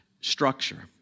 structure